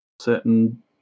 certain